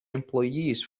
employees